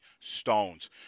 stones